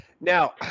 Now